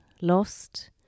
lost